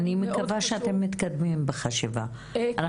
ובהחלט עושים פעילות.